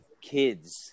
kids